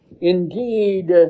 Indeed